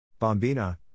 Bombina